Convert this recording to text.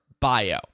bio